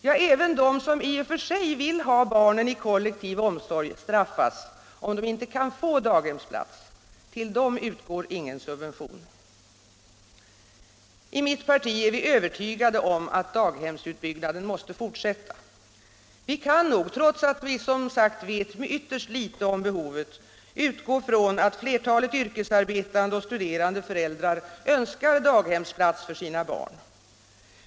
Ja, även de som i och för sig vill ha barnen i kollektiv omsorg straffas om de inte kan få daghemsplats. Till dem utgår ingen subvention. I mitt parti är vi övertygade om att daghemsutbyggnaden måste fortsätta. Vi kan nog — trots att vi som sagt vet ytterst litet om behovet — utgå från att flertalet yrkesarbetande och studerande föräldrar önskar daghemsplats för sina barn.